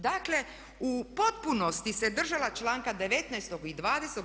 Dakle u potpunosti se držala članka 19. i 20.